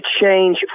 change